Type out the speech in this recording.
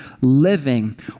living